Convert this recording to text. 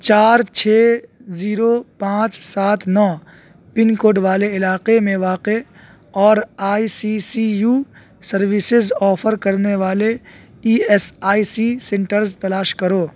چار چھ زیرو پانچ سات نو پنکوڈ والے علاقے میں واقع اور I C C U services offer کرنے والے E S I C centres تلاش کرو